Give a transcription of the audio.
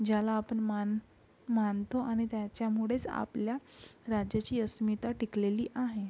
ज्याला आपण मान मानतो आणि त्याच्यामुळेच आपल्या राज्याची अस्मिता टिकलेली आहे